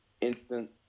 instant